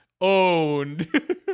Owned